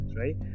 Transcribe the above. right